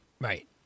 Right